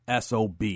SOB